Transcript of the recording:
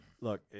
look